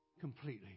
completely